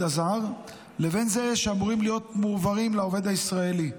הזר לבין אלה שאמורים להיות מועברים לעובד הישראלי.